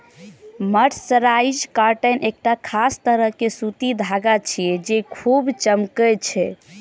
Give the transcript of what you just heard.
mercerised cotton एकटा खास तरह के सूती धागा छियै, जे खूब चमकै छै